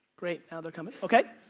great, now they're coming. okay,